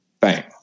Bang